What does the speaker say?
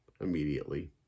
immediately